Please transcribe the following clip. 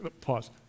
Pause